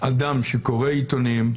אדם שקורא עיתונים,